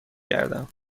گردم